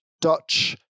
Dutch